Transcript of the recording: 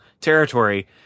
territory